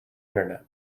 internet